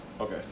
okay